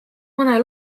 mõne